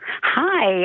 Hi